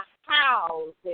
houses